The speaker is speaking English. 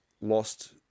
lost